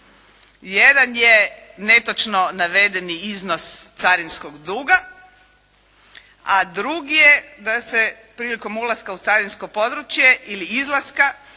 Jedan je netočno navedeni iznos carinskog duga, a drugi je da se prilikom ulaska u carinsko područje ili izlaska